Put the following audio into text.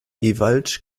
ewald